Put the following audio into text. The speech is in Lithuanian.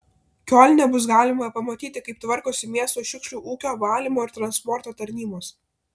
kiolne bus galima pamatyti kaip tvarkosi miesto šiukšlių ūkio valymo ir transporto tarnybos